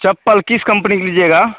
चप्पल किस कम्पनी की लीजिएगा